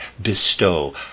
bestow